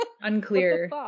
Unclear